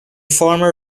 former